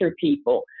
people